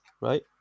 right